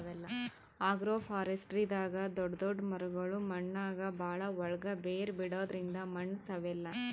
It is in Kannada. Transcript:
ಅಗ್ರೋಫಾರೆಸ್ಟ್ರಿದಾಗ್ ದೊಡ್ಡ್ ದೊಡ್ಡ್ ಮರಗೊಳ್ ಮಣ್ಣಾಗ್ ಭಾಳ್ ಒಳ್ಗ್ ಬೇರ್ ಬಿಡದ್ರಿಂದ್ ಮಣ್ಣ್ ಸವೆಲ್ಲಾ